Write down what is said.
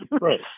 Right